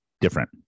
Different